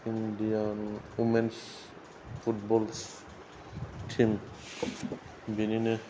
Indian women footballs team बेनिनो